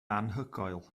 anhygoel